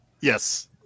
Yes